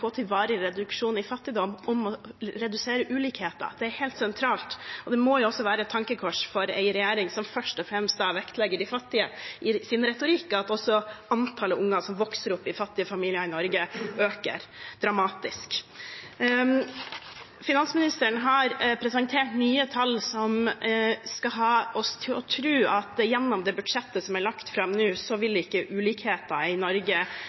til varig reduksjon i fattigdom, å redusere ulikheter. Det er helt sentralt. Det må også være et tankekors for en regjering som i sin retorikk først og fremst vektlegger de fattige, at også antallet unger som vokser opp i fattige familier i Norge, øker dramatisk. Finansministeren har presentert nye tall som skal ha oss til å tro at gjennom budsjettet som er lagt fram nå, vil ikke ulikheter i Norge